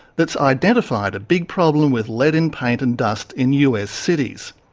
that's identified a big problem with lead in paint and dust in us cities.